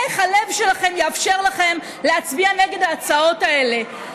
איך הלב שלכם יאפשר לכם להצביע נגד ההצעות האלה?